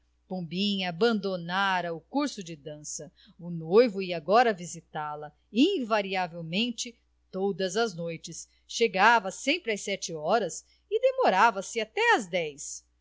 esperançosa pombinha abandonara o curso de dança o noivo ia agora visitá-la invariavelmente todas as noites chegava sempre às sete horas e demorava-se até às dez